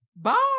Bye